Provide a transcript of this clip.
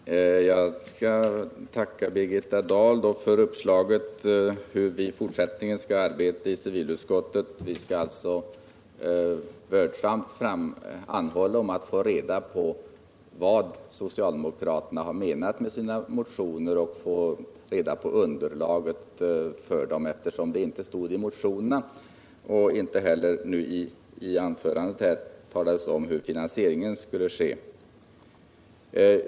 Herr talman! Jag ber att få tacka Birgitta Dahl för uppslaget om hur vi i fortsättningen skall arbeta i civilutskottet. Vi skall alltså vördsamt anhålla att i utskottet få reda på vad socialdemokraterna har menat med sina motioner och få veta underlaget för dem. De uppgifterna framgår ju inte av motionerna, och inte heller framgick det av Birgitta Dahls anförande hur finansieringen skulle ske.